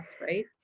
right